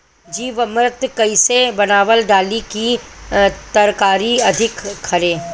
जीवमृत कईसे बनाकर डाली की तरकरी अधिक फरे?